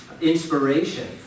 inspiration